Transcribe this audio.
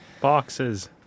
boxes